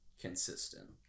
consistent